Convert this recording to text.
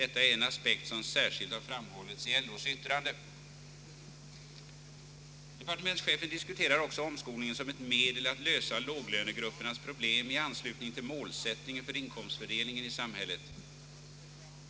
Detta är en aspekt som särskilt har framhållits i LO:s yttrande.» Departementschefen diskuterar också omskolningen som ett medel att lösa låglönegruppernas problem i anslutning till målsättningen för inkomstför delningen i samhället.